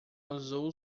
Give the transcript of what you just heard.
azul